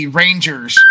rangers